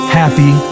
happy